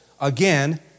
again